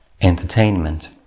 entertainment